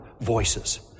Voices